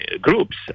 groups